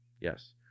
Yes